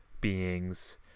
beings